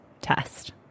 test